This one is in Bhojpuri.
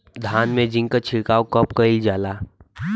धान में जिंक क छिड़काव कब कइल जाला?